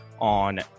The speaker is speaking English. on